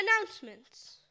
Announcements